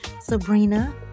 Sabrina